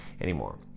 anymore